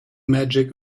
magic